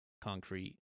concrete